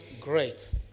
great